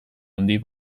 handi